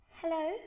Hello